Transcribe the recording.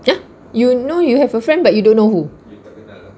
!huh! you know you have a friend but you don't know who